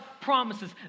promises